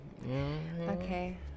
Okay